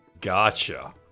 Gotcha